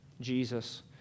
Jesus